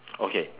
okay